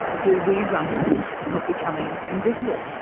do we run the risk of becoming invisible?